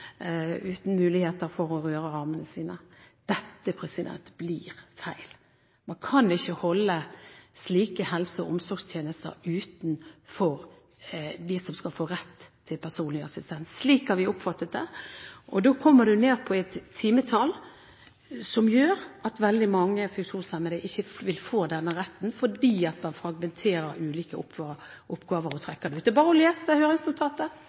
muligheter for å røre armene. Dette blir feil. Man kan ikke holde dem som skal få rett til personlig assistent utenfor slike helse- og omsorgstjenester. Slik vi har oppfattet det, kommer du ned på et timetall som gjør at veldig mange funksjonshemmede ikke vil få denne retten fordi man fragmenterer ulike oppgaver og trekker dem ut. Det er bare å lese høringsnotatet.